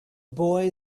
boy